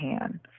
hand